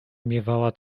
miewała